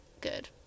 good